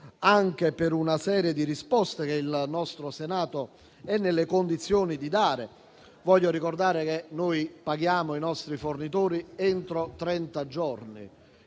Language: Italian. anche per una serie di risposte che il nostro Senato è nelle condizioni di dare. Voglio ricordare che paghiamo i nostri fornitori entro trenta giorni: